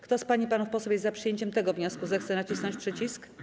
Kto z pań i panów posłów jest za przyjęciem tego wniosku, zechce nacisnąć przycisk.